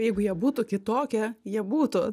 jeigu jie būtų kitokie jie būtų